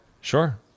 sure